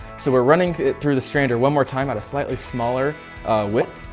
so we're running it through the strander one more time at a slightly smaller width,